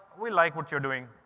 we like what you're doing.